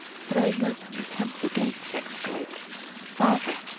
throwing open the temple gates, exclaimed father,